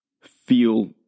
feel